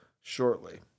shortly